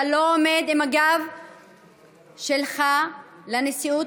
אתה לא עומד עם הגב שלך לנשיאות,